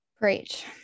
Great